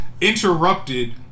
interrupted